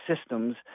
systems